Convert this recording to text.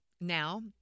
Now